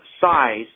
size